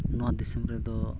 ᱱᱚᱣᱟ ᱫᱤᱥᱚᱢ ᱨᱮᱫᱚ